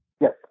yes